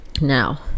Now